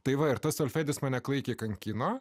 tai va ir tas ar fredis mane klaikiai kankino